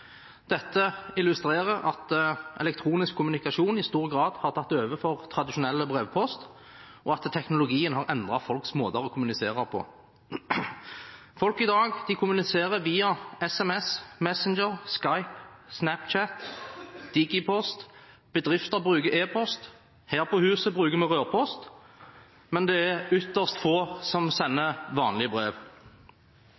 Dette illustrerer at elektronisk kommunikasjon i stor grad har tatt over for tradisjonell brevpost, og at teknologien har endret folks måter å kommunisere på. Folk i dag kommuniserer via SMS, Messenger, Skype, Snapchat, Digi-post – bedrifter bruker e-post. Her på huset bruker vi rørpost, men det er ytterst få som sender vanlige brev.